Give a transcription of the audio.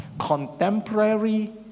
Contemporary